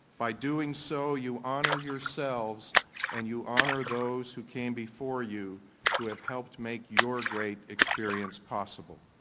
by doing so you honor yourselves and you honor those who came before you who have helped make your great experience possible